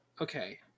Okay